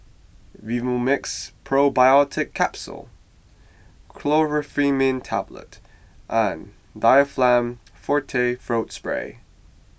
Vivomixx Probiotics Capsule Chlorpheniramine Tablets and Difflam forte Throat Spray